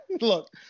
Look